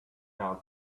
out